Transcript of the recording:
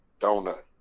donut